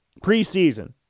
preseason